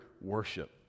worship